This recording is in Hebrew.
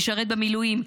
משרת במילואים,